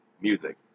Music